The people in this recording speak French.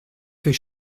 fait